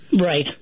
Right